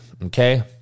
Okay